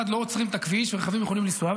לא עוצרים את הכביש ורכבים יכולים לנסוע,